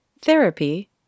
Therapy